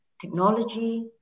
technology